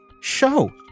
Show